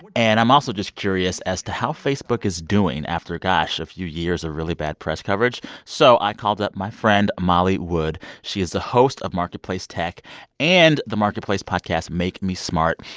and i'm also just curious as to how facebook is doing after, gosh, a few years of really bad press coverage. so i called up my friend molly wood. she is the host of marketplace tech and the marketplace podcast make me smart.